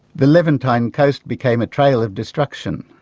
the levantine coast became a trail of destruction.